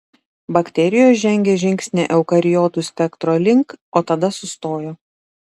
bakterijos žengė žingsnį eukariotų spektro link o tada sustojo